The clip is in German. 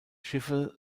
schiffe